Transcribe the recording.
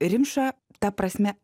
rimša ta prasme